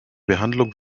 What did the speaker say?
behandlung